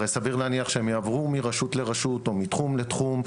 הרי סביר להניח שהם יעברו מרשות לרשות או מתחום לתחום.